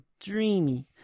dreamy